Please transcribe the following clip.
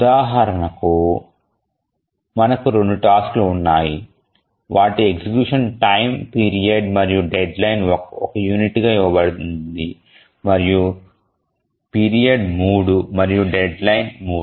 ఉదాహరణకు మనకు 2 టాస్క్ లు ఉన్నాయి వాటి ఎగ్జిక్యూషన్ టైమ్ పీరియడ్ మరియు డెడ్లైన్ 1 యూనిట్గా ఇవ్వబడింది పీరియడ్ 3 మరియు డెడ్లైన్ 3